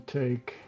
take